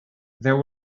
there